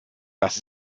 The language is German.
das